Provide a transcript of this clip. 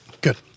Good